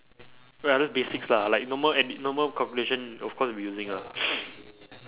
oh ya those basics lah like normal adding normal calculation of course we'll be using ah